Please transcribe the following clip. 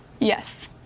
Yes